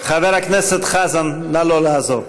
חבר הכנסת חזן, נא לא לעזור.